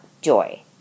joy